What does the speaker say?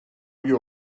you